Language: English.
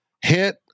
hit